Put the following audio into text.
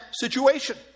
situation